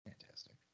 Fantastic